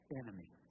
enemy